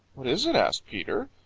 what is it? asked peter,